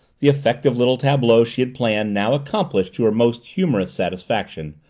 the effective little tableau she had planned now accomplished to her most humorous satisfaction,